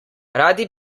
radi